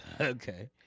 Okay